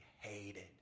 hated